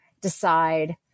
decide